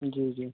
जी जी